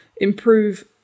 improve